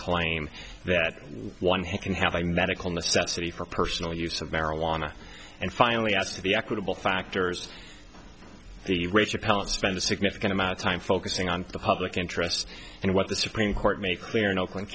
claim that one can have a medical necessity for personal use of marijuana and finally as to the equitable factors the rich are palates spend a significant amount of time focusing on the public interest and what the supreme court made clear in oakland